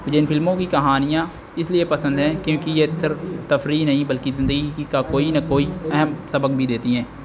جو ان فلموں کی کہانیاں اس لیے پسند ہیں کیونکہ یہ اتھر تفریح نہیں بلکہ زندگی کی کا کوئی نہ کوئی اہم سبق بھی دیتی ہیں